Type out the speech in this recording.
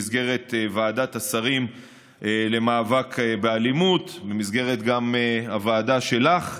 במסגרת ועדת השרים למאבק באלימות וגם במסגרת הוועדה שלך,